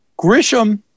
Grisham